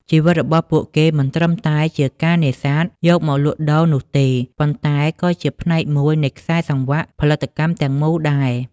ជីវិតរបស់ពួកគេមិនត្រឹមតែជាការនេសាទយកមកលក់ដូរនោះទេ ប៉ុន្តែក៏ជាផ្នែកមួយនៃខ្សែសង្វាក់ផលិតកម្មទាំងមូលដែរ។